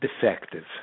defective